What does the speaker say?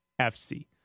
FC